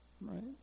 Right